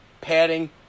padding